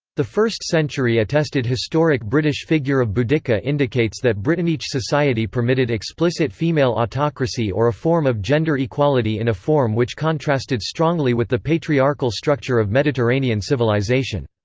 the first-century-attested historic british figure of boudicca indicates that brittonnic society permitted explicit female autocracy or a form of gender equality in a form which contrasted strongly with the patriarchal structure of mediterranean civilisation.